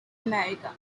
america